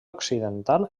occidental